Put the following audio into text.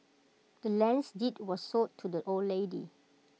the land's deed was sold to the old lady